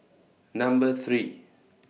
Number three